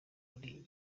muri